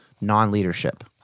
non-leadership